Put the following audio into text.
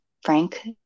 frank